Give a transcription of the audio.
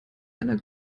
einer